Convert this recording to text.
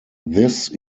this